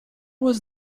was